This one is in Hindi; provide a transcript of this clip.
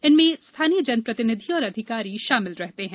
इनमें स्थानीय जनप्रतिनिधि और अधिकारी शामिल रहते हैं